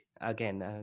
again